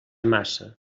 massa